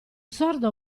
sordo